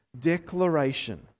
declaration